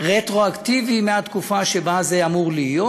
רטרואקטיבית מהתקופה שבה זה אמור להיות,